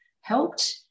helped